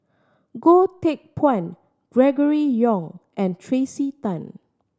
Goh Teck Phuan Gregory Yong and Tracey Tan